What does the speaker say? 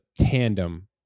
tandem